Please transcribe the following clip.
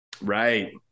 Right